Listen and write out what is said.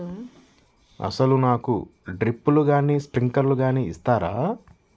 అసలు నాకు డ్రిప్లు కానీ స్ప్రింక్లర్ కానీ ఇస్తారా?